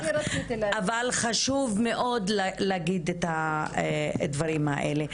אבל חשוב מאוד להגיד את הדברים האלה.